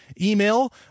email